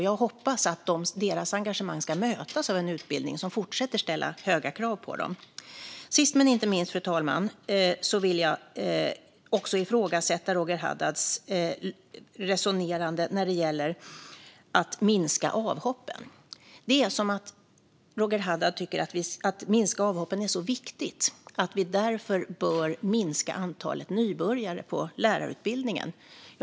Jag hoppas att deras engagemang ska mötas av en utbildning som fortsätter ställa höga krav på dem. Sist men inte minst, fru talman, vill jag också ifrågasätta Roger Haddads resonemang i fråga om att minska avhoppen. Det är som att Roger Haddad tycker att det är så viktigt att minska avhoppen att vi därför bör minska antalet nybörjare på lärarutbildningen.